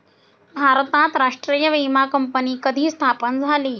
भारतात राष्ट्रीय विमा कंपनी कधी स्थापन झाली?